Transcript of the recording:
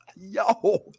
Yo